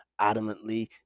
adamantly